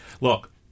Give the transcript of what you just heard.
look